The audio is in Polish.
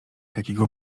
jakiego